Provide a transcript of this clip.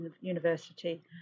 university